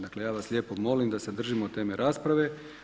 Dakle, ja vas lijepo molim da se držimo teme rasprave.